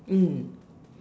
mm